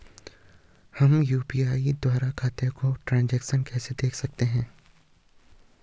हम यु.पी.आई द्वारा अपने खातों का ट्रैन्ज़ैक्शन देख सकते हैं?